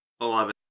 Eleven